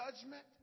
judgment